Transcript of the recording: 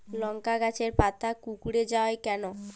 লংকা গাছের পাতা কুকড়ে যায় কেনো?